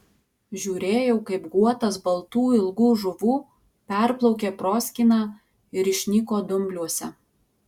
žiūrėjau kaip guotas baltų ilgų žuvų perplaukė proskyną ir išnyko dumbliuose